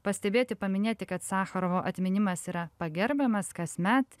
pastebėti paminėti kad sacharovo atminimas yra pagerbiamas kasmet